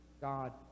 God